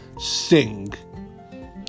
sing